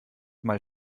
mal